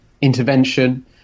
intervention